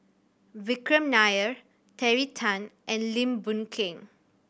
Vikram Nair Terry Tan and Lim Boon Keng